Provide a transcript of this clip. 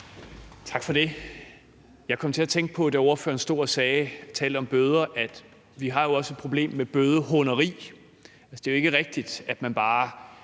Tak for det. Jeg kom til at tænke på, da ordføreren stod og talte om bøder, at vi også har et problem med bødehåneri. Det er jo ikke rigtigt, at man bare